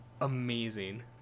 amazing